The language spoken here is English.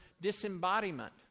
disembodiment